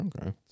Okay